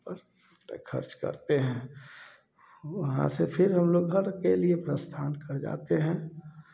खर्च करते हैं वहाँ से फिर हम लोग घर के लिए प्रस्थान कर जाते हैं